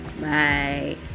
Bye